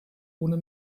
ohne